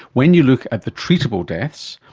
when you look at the treatable deaths,